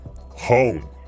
home